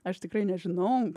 aš tikrai nežinau